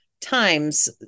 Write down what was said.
times